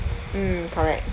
mm correct